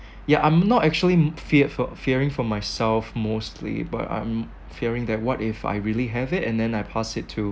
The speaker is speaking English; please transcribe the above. yeah I'm not actually fear for fearing for myself mostly but I'm fearing that what if I really have it and then I pass it to